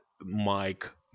mike